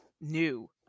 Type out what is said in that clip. new